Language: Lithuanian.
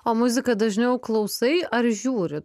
o muziką dažniau klausai ar žiūri